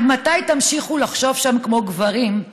עד מתי תמשיכו לחשוב שם כמו גברים?